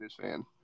fan